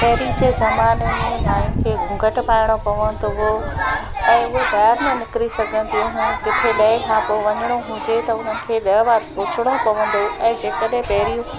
पहिरीं जे ज़माने में माइनि खे घूंघट पाइणो पवंदो हुओ ऐं उहा ॿाहिरि न निकिरी सघनि थियूं किथे ॾहें खां पोइ वञिणो हुजे त उन्हनि खे ॾह बार सोचिणो पवंदो ऐं जे कॾहिं पहिरियूं